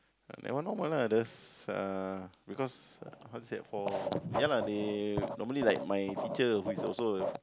that one normal lah there's uh because how to say for ya lah they normally like my teacher who is also